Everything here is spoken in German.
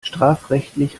strafrechtlich